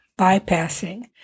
bypassing